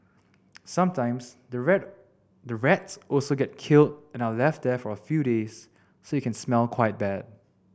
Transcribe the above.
sometimes the rat the rats also get killed and are left there for a few days so it can smell quite bad